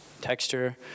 texture